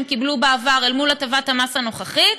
קיבלו בעבר אל מול הטבת המס הנוכחית,